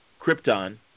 Krypton